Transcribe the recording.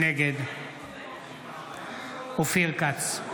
נגד אופיר כץ,